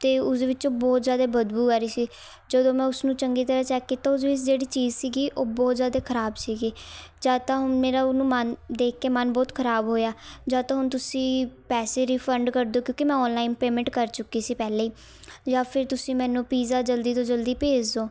ਅਤੇ ਉਸਦੇ ਵਿੱਚ ਬਹੁਤ ਜ਼ਿਆਦਾ ਬਦਬੂ ਆ ਰਹੀ ਸੀ ਜਦੋਂ ਮੈਂ ਉਸਨੂੰ ਚੰਗੀ ਤਰ੍ਹਾਂ ਚੈੱਕ ਕੀਤਾ ਉਸਦੇ ਵਿੱਚ ਜਿਹੜੀ ਚੀਜ਼ ਸੀਗੀ ਉਹ ਬਹੁਤ ਜ਼ਿਆਦਾ ਖਰਾਬ ਸੀਗੀ ਜਾਂ ਤਾਂ ਹੁਣ ਮੇਰਾ ਉਹਨੂੰ ਮਨ ਦੇਖ ਕੇ ਮਨ ਬਹੁਤ ਖਰਾਬ ਹੋਇਆ ਜਾਂ ਤਾਂ ਹੁਣ ਤੁਸੀਂ ਪੈਸੇ ਰਿਫੰਡ ਕਰ ਦਿਉ ਕਿਉਂਕਿ ਮੈਂ ਔਨਲਾਈਨ ਪੇਮੈਂਟ ਕਰ ਚੁੱਕੀ ਸੀ ਪਹਿਲਾਂ ਜਾਂ ਫਿਰ ਤੁਸੀਂ ਮੈਨੂੰ ਪੀਜ਼ਾ ਜਲਦੀ ਤੋਂ ਜਲਦੀ ਭੇਜ ਦਿਉ